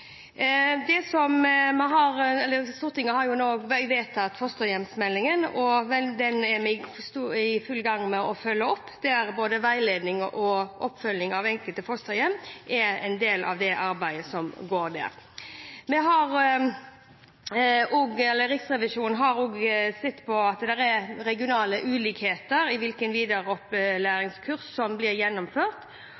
den er vi i full gang med å følge opp. Der er både veiledning og oppfølging av det enkelte fosterhjem en del av arbeidet. Riksrevisjonen har også sett på at det er regionale ulikheter i